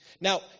Now